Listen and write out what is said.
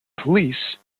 police